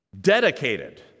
dedicated